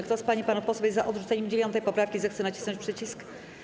Kto z pań i panów posłów jest za odrzuceniem 9. poprawki, zechce nacisnąć przycisk.